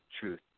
truth